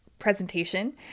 Presentation